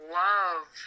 love